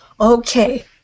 Okay